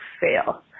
fail